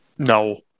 No